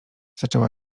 zaczęła